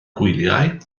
gwyliau